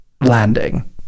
landing